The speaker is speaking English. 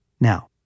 Now